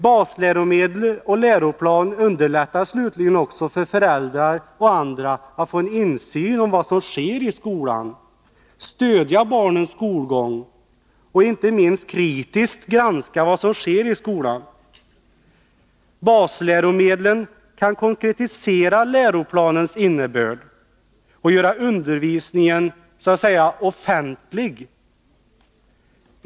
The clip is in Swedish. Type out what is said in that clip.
Basläromedel och läroplan underlättar slutligen för föräldrar och andra att få insyn i vad som sker i skolan, att stödja barnens skolgång och inte minst att kritiskt granska vad som sker i skolan. Basläromedlen kan konkretisera läroplanens innebörd och göra undervisningen ”offentlig”.